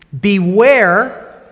Beware